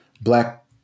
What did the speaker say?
black